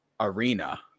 arena